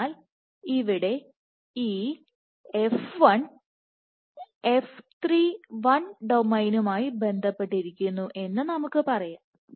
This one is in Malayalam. അതിനാൽ ഇവിടെ ഈ f11ഡൊമെയ്നുമായി ബന്ധപ്പെട്ടിരിക്കുന്നു എന്ന് നമുക്ക് പറയാം